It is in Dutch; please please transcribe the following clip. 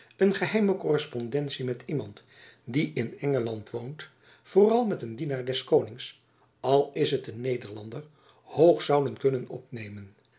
een geheime korrespondentie met iemand die in engeland woont vooral met een dienaar des konings al is het een nederlander hoog zouden kunnen opnemen